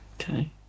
Okay